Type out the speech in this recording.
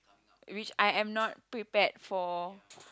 which I am not prepared for